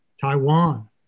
Taiwan